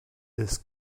this